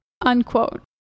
Unquote